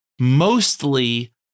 mostly